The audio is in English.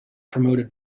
promoted